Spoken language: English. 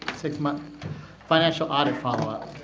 six-month financial audit follow-up